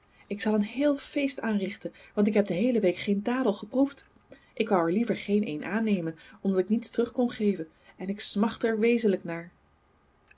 ik zal een heel feest aanrichten want ik heb de heele week geen dadel geproefd ik wou er liever geen een aannemen omdat ik niets terug kon geven en ik smacht er wezenlijk naar